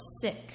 sick